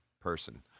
person